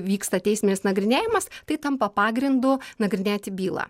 vyksta teisminis nagrinėjimas tai tampa pagrindu nagrinėti bylą